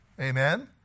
Amen